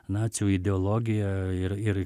nacių ideologija ir ir